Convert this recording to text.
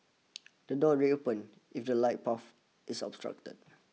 the doors reopen if the light path is obstructed